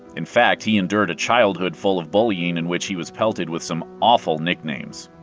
in fact, he endured a childhood full of bullying in which he was pelted with some awful nicknames.